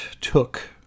took